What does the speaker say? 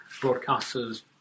broadcasters